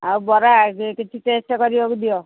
ଆଉ ବରା କିଛି ଟେଷ୍ଟ କରିବାକୁ ଦିଅ